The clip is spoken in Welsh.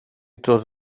dod